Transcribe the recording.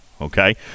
Okay